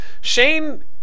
Shane